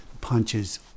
punches